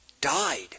died